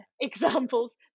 examples